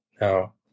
Now